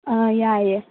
ꯑꯥ ꯌꯥꯏꯌꯦ